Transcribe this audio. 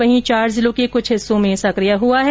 वहीं चार जिलों के कुछ हिस्सों में सकिय हुआ है